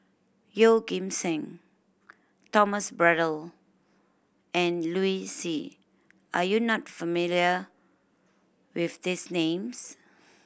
Yeoh Ghim Seng Thomas Braddell and Liu Si are you not familiar with these names